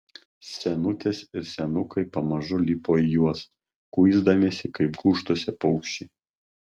senutės ir senukai pamažu lipo į juos kuisdamiesi kaip gūžtose paukščiai